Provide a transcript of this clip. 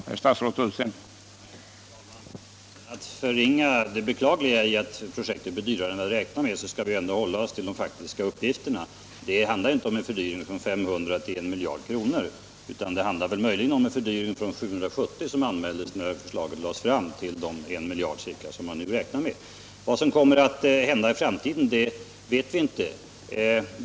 Herr talman! Utan att förringa det beklagliga i att projektet blir dyrare än vad vi räknat med skall vi ändå hålla oss till de faktiska uppgifterna. Det handlar inte om en fördyring från 500 miljoner till 1 miljard kronor utan möjligen om en fördyring från 770 milj.kr. — dvs. den summa som anmäldes när de mer definitiva projektplanerna lades fram — till den kostnad på ungefär en miljard som man i dag räknar med. Vad som kommer att hända i framtiden vet vi inte.